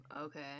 okay